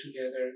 together